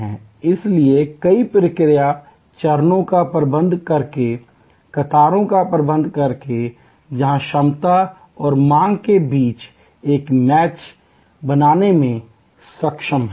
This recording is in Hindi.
इसलिए कई प्रक्रिया चरणों का प्रबंधन करके कतारों का प्रबंधन करके जहां क्षमता और मांग के बीच एक मैच बनाने में सक्षम हैं